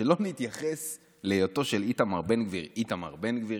שלא נתייחס להיותו של איתמר בן גביר איתמר בן גביר?